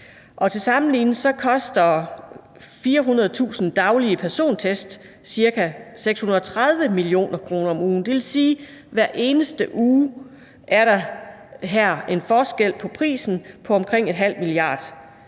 Og til sammenligning koster 400.000 daglige persontest ca. 630 mio. kr. om ugen. Det vil sige, at der hver eneste uge her er en forskel i prisen på omkring en halv milliard.